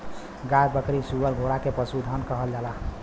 गाय बकरी सूअर घोड़ा के पसुधन कहल जाला